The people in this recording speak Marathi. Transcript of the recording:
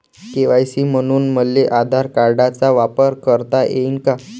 के.वाय.सी म्हनून मले आधार कार्डाचा वापर करता येईन का?